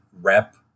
rep